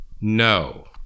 No